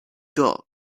dog